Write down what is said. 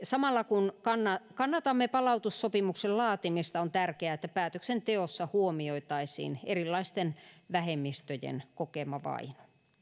samalla kun kannatamme palautussopimuksen laatimista on tärkeää että päätöksenteossa huomioitaisiin erilaisten vähemmistöjen kokema vaino